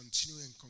continuing